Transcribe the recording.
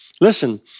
Listen